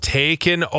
taken